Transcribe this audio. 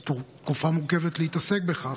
זאת תקופה מורכבת להתעסק בכך,